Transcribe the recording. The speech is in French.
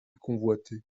convoitait